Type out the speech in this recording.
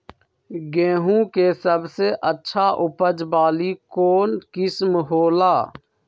गेंहू के सबसे अच्छा उपज वाली कौन किस्म हो ला?